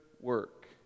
work